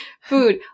Food